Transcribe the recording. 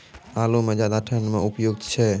आलू म ज्यादा ठंड म उपयुक्त छै?